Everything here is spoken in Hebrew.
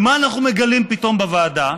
ומה אנחנו מגלים פתאום בוועדה?